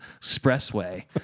expressway